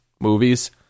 movies